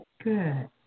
Good